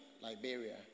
Liberia